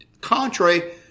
contrary